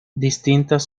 distintas